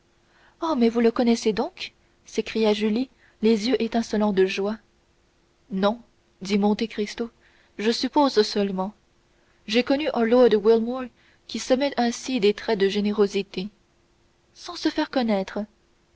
oh mais vous le connaissez donc s'écria julie les yeux étincelants de joie non dit monte cristo je suppose seulement j'ai connu un lord wilmore qui semait ainsi des traits de générosité sans se faire connaître